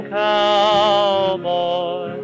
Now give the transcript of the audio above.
cowboy